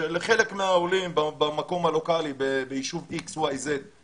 שלחלק מהעולים במקום הלוקלי ביישוב מסוים יותר